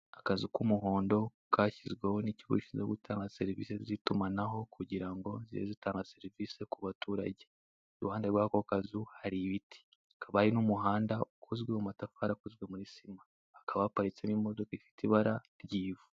Akazu k'umuhondo kashyizweho n'ikigo gishinzwe gutanga serivise z'itumanaho kugira ngo zijye zitanga serivise ku baturage, iruhande rw'ako kazu hari ibiti hakaba hari n'umuhanda ukozwe mu matafari akozwe muri sima hakaba haparitse n'imodoka ifite ibara ry'ivu.